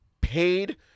paid